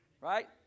right